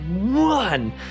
one